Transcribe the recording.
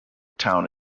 town